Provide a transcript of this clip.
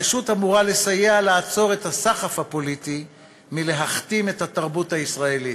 הרשות אמורה לסייע לעצור את הסחף הפוליטי מלהכתים את התרבות הישראלית.